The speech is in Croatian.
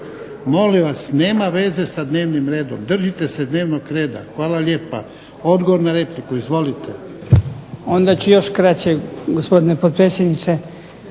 Molim vas, nema veze sa dnevnim redom. Držite se dnevnog reda. Hvala lijepa. Odgovor na repliku. Izvolite.